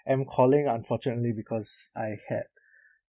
am calling unfortunately because I had